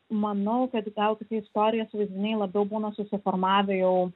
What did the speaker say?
manau kad gal tokie istorijos vaizdiniai labiau būna susiformavę jau